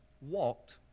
walked